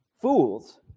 fools